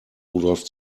rudolf